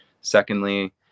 secondly